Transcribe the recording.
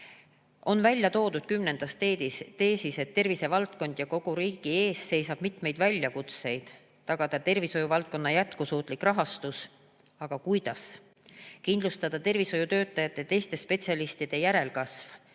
on välja toodud, et tervisevaldkonna ja kogu riigi ees seisab mitmeid väljakutseid, näiteks tagada tervishoiuvaldkonna jätkusuutlik rahastus. Aga kuidas? Tuleb kindlustada tervishoiutöötajate ja teiste spetsialistide järelkasv.